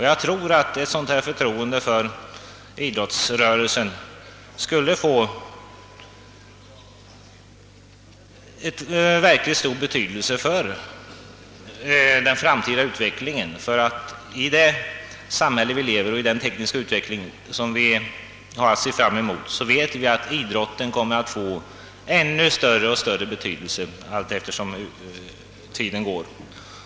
Jag tror att ett sådant förtroende för idrottsrörelsen som här avses skulle få en verkligt stor betydelse för den framtida utvecklingen, ty i det samhälle vi lever i och med den tekniska utveckling som vi har att se fram emot vet vi, att idrottsrörelsen kommer att få allt större och större betydelse allteftersom tiden går.